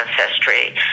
ancestry